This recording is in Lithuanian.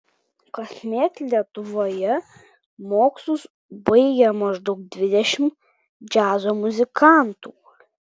kasmet lietuvoje mokslus baigia maždaug dvidešimt džiazo muzikantų